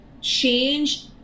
change